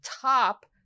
top